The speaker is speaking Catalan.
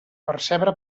percebre